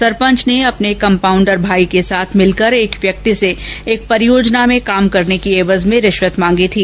सरपंच ने अपने कंपाउंडर भाई के साथ मिलकर एक व्यक्ति से एक परियोजना में काम करने की एवज में रिश्वत मांगी थी